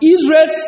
Israel